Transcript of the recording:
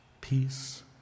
Peace